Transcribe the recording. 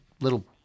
little